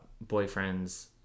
boyfriend's